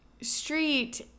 street